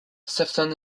sefton